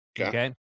Okay